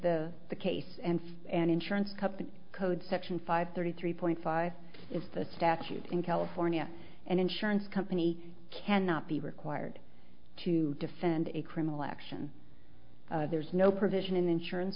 is the case and an insurance company code section five thirty three point five is the statute in california an insurance company cannot be required to defend a criminal action there's no provision in the insurance